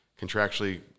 contractually –